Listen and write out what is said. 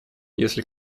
если